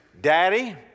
Daddy